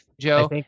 Joe